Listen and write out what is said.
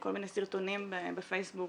בכל מיני סרטונים בפייסבוק